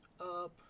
up